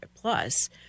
plus